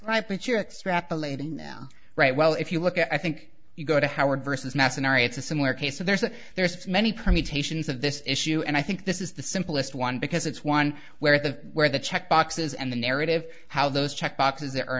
you're extrapolating right well if you look at i think you go to howard versus mass in our it's a similar case so there's a there are many permutations of this issue and i think this is the simplest one because it's one where the where the check boxes and the narrative how those check boxes